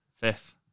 Fifth